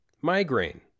migraine